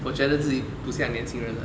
我觉得自己不像年轻人了